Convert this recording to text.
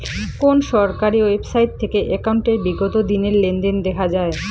কোন সরকারি ওয়েবসাইট থেকে একাউন্টের বিগত দিনের লেনদেন দেখা যায়?